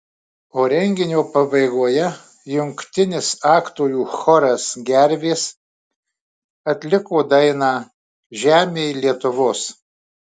o renginio pabaigoje jungtinis aktorių choras gervės atliko dainą žemėj lietuvos